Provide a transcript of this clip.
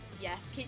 Yes